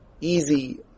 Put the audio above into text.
easy